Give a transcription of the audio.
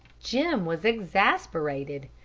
jim was exasperated.